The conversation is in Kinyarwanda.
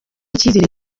icyizere